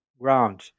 ground